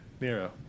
Nero